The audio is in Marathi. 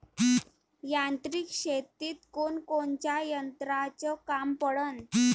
यांत्रिक शेतीत कोनकोनच्या यंत्राचं काम पडन?